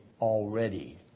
already